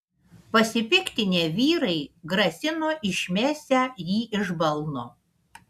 pasipiktinę vyrai grasino išmesią jį iš balno